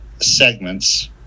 segments